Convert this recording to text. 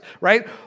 right